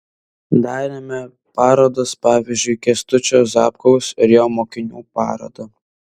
darėme parodas pavyzdžiui kęstučio zapkaus ir jo mokinių parodą